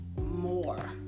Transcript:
more